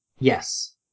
Yes